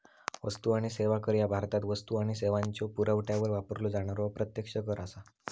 वस्तू आणि सेवा कर ह्या भारतात वस्तू आणि सेवांच्यो पुरवठ्यावर वापरलो जाणारो अप्रत्यक्ष कर असा